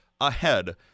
ahead